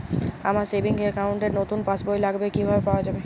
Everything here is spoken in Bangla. আমার সেভিংস অ্যাকাউন্ট র নতুন পাসবই লাগবে, কিভাবে পাওয়া যাবে?